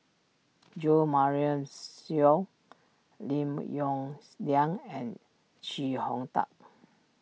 Jo Marion Seow Lim Yong Liang and Chee Hong Tat